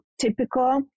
typical